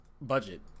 budget